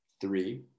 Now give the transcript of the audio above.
three